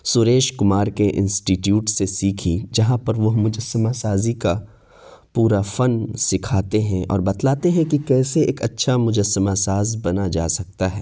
سریش کمار کے انسٹیٹیوٹ سے سیکھی جہاں پر وہ مجسمہ سازی کا پورا فن سکھاتے ہیں اور بتلاتے ہیں کہ کیسے ایک اچھا مجسمہ ساز بنا جا سکتا ہے